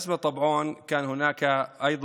רק בתקופה האחרונה היה מכרז